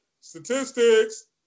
Statistics